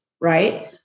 right